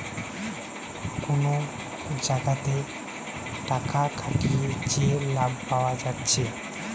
কুনো জাগাতে টাকা খাটিয়ে যে লাভ পায়া যাচ্ছে